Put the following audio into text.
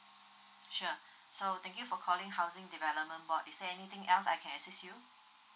sure so thank you for calling housing development board is there anything else I can assist you